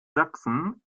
sachsen